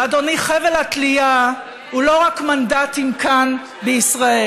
ואדוני, חבל התלייה הוא לא רק מנדטים כאן בישראל.